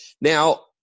Now